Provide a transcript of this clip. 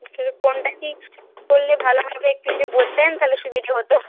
সে কোনটা কী করলে ভালো হবে একটু যদি বলতেন তাহলে সুবিধে হতো